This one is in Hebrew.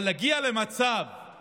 אבל להגיע למצב של